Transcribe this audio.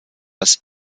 das